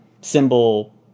symbol